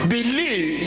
Believe